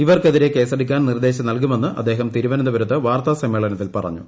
ഇവർക്കെതിരെ കേസെടുക്കാൻ നിർദ്ദേശം നൽകുമെന്ന് അദ്ദേഹം തിരുവനന്തപുരത്ത് വാർത്താസമ്മേളനത്തിൽ പറഞ്ഞു